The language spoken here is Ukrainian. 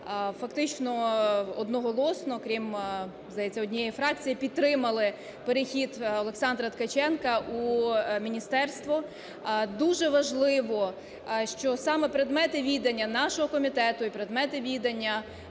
фактично одноголосно, крім, здається, однієї фракції, підтримали перехід Олександра Ткаченка у міністерство. Дуже важливо, що саме предмети відання нашого комітету і предмети відання